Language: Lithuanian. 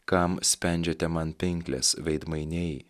kam spendžiate man pinkles veidmainiai